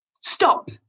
Stop